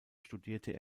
studierte